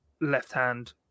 left-hand